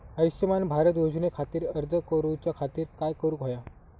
आयुष्यमान भारत योजने खातिर अर्ज करूच्या खातिर काय करुक होया?